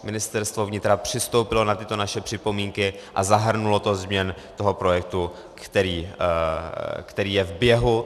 Ministerstvo vnitra přistoupilo na tyto naše připomínky a zahrnulo do změn toho projektu, který je v běhu.